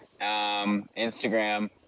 Instagram